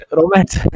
romance